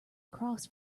across